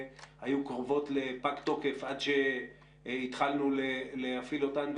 היו קרובות לפג תוקף עד שהתחלנו להפעיל אותן,